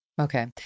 Okay